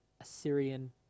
Assyrian